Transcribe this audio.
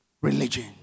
religion